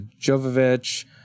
Jovovich